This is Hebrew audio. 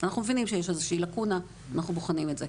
אנחנו מבינים שיש איזושהי לקונה, ובוחנים את זה.